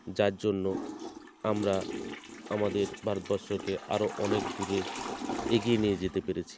যার জন্য আমরা আমাদের ভারতবর্ষকে আরও অনেক দূরে এগিয়ে নিয়ে যেতে পেরেছি